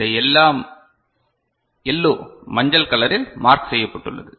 இந்த எல்லோ மஞ்சள் கலரில் மார்க் செய்யப்பட்டுள்ளது